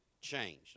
change